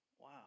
wow